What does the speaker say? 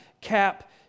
cap